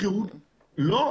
לא,